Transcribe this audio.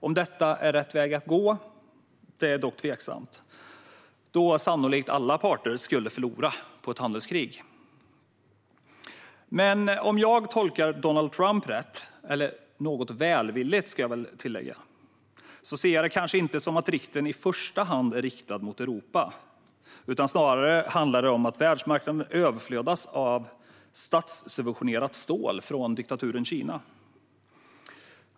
Om detta är rätt väg att gå är dock tveksamt då sannolikt alla parter skulle förlora på ett handelskrig. Om jag tolkar Donald Trump rätt, eller något välvilligt, ser jag det kanske inte som att udden i första hand är riktad mot Europa. Snarare handlar det om att världsmarknaden överflödas med statssubventionerat stål från diktaturen Kina.